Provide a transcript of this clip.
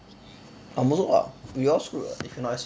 I'm also [what] we all screwed [what] if cannot S_U